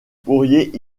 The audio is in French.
pourriez